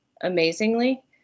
amazingly